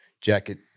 Jacket